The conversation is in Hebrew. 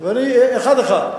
אחד-אחד,